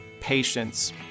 patience